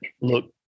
look